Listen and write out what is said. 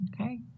Okay